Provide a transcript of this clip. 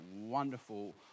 wonderful